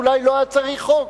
אולי לא היה צריך חוק.